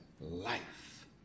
life